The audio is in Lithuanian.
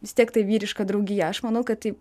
vis tiek tai vyriška draugija aš manau kad tai